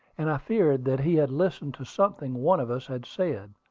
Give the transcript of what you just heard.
and i feared that he had listened to something one of us had said.